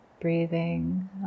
breathing